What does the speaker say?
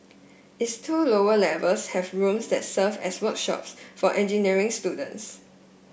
its two lower levels have rooms that serve as workshops for engineering students